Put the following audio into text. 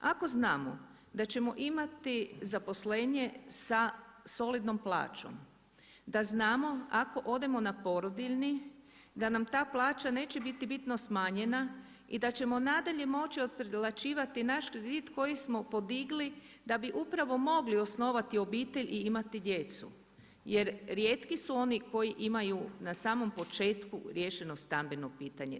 Ako znamo da ćemo imati zaposlenje sa solidnom plaćom, da znamo ako odemo na porodiljni da nam ta plaća neće biti bitno smanjena i da ćemo nadalje moći otplaćivati naš kredit koji smo podigli da bi upravo mogli osnovati obitelj i imati djecu jer rijetki su oni koji imaju na samom početku riješeno stambeno pitanje.